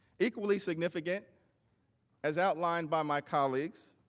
equally significant as outlined by my colleagues,